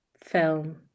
film